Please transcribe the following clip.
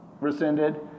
rescinded